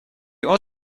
ought